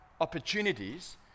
opportunities